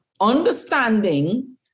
understanding